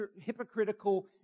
hypocritical